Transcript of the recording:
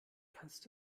kannst